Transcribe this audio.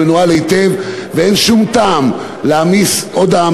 מנוהל היטב ואין שום טעם להעמיס עוד,